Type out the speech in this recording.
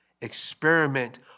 experiment